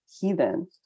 heathen